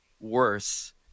worse